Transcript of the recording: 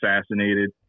assassinated